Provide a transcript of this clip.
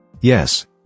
Yes